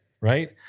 right